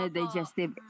digestive